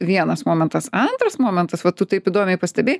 vienas momentas antras momentas va tu taip įdomiai pastebėjai